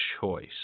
choice